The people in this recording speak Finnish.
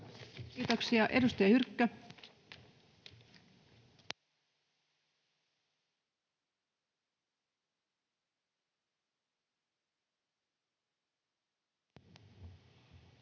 Kiitoksia. — Edustaja Hyrkkö. [Speech